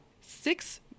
six